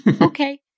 okay